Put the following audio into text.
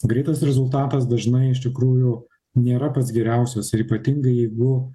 greitas rezultatas dažnai iš tikrųjų nėra pats geriausias ir ypatingai jeigu